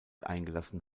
eingelassen